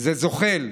זה זוחל.